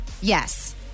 Yes